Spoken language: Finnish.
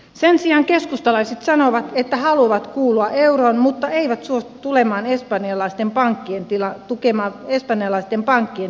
sen sijaan keskustalaiset sanovat että he haluavat kuulua euroon mutta eivät suostu tukemaan espanjalaisten pankkien tilannetta